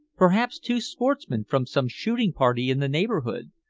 perhaps two sportsmen from some shooting-party in the neighborhood.